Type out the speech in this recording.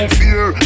fear